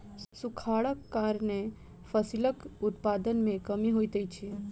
सूखाड़क कारणेँ फसिलक उत्पादन में कमी होइत अछि